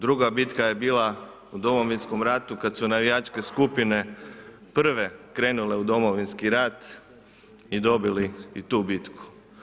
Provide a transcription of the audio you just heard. Druga bitka je bila u Domovinskom ratu kad su navijačke skupine prve krenule u Domovinski rat i dobili i tu bitku.